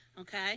okay